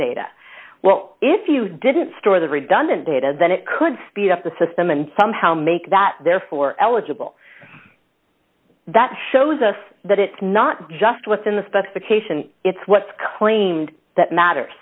data well if you didn't store the redundant data then it could speed up the system and somehow make that therefore eligible that shows us that it's not just within the specification it's what's claimed that matters